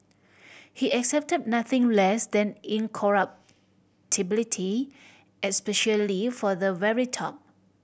he accepted nothing less than incorruptibility especially for the very top